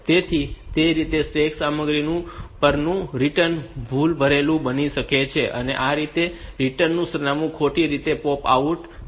તેથી તે રીતે સ્ટેક સામગ્રી પરનું રિટર્ન ભૂલભરેલું બની શકે છે અને આ રિટર્નનું સરનામું ખોટી રીતે પૉપ આઉટ થઈ શકે છે